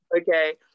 okay